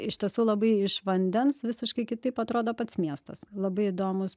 iš tiesų labai iš vandens visiškai kitaip atrodo pats miestas labai įdomūs